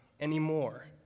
anymore